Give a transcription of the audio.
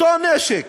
אותו נשק,